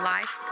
Life